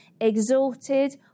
exalted